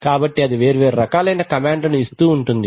కాబట్టి అది వేర్వేరు రకాలైన కమాండ్ లను ఇస్తూ ఉంటుంది